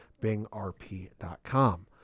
bingrp.com